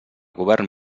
govern